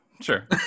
sure